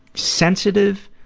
sensitive,